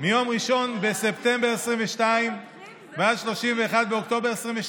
מיום 1 בספטמבר ועד 31 באוקטובר 2022